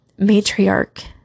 matriarch